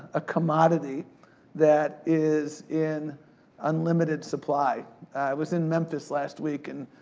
a commodity that is in unlimited supply. i was in memphis last week, and,